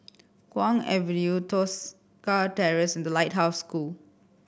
Kwong Avenue Tosca Terrace and The Lighthouse School